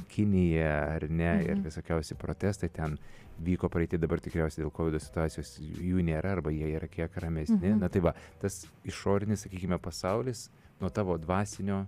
kinija ar ne ir visokiausi protestai ten vyko praeity dabar tikriausiai tos situacijos jų nėra arba jie yra kiek ramesni na tai va tas išorinis sakykime pasaulis nuo tavo dvasinio